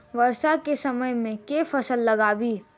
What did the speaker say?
वर्षा केँ समय मे केँ फसल लगाबी?